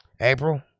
April